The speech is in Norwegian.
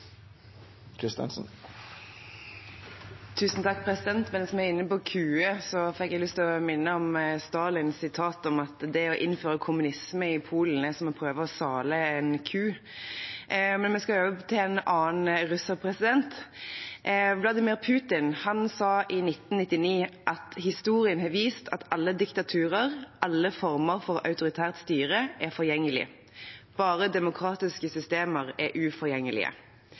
å minne om Stalin-sitatet om at det å innføre kommunisme i Polen er som å prøve å sale ei ku. Men vi skal over til en annen russer. Vladimir Putin sa i 1999 at historien har vist at alle diktaturer, alle former for autoritært styre, er forgjengelige. Bare demokratiske systemer er uforgjengelige.